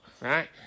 right